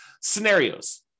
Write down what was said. scenarios